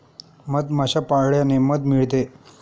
मधमाश्या पाळल्याने मध मिळते